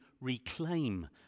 reclaim